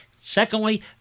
Secondly